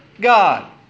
God